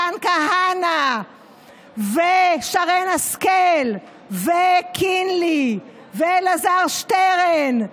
מתן כהנא ושרן השכל וקינלי ואלעזר שטרן,